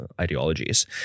ideologies